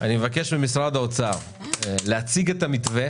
אני מבקש ממשרד האוצר להציג את המתווה